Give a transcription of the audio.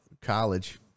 college